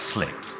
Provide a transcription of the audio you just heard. Slick